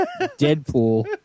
Deadpool